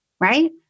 right